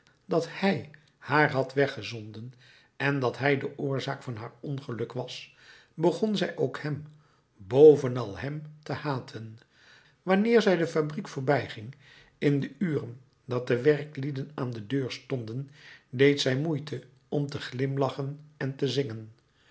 dat hij haar had weggezonden en dat hij de oorzaak van haar ongeluk was begon zij ook hem bovenal hem te haten wanneer zij de fabriek voorbijging in de uren dat de werklieden aan de deur stonden deed zij moeite om te glimlachen en te zingen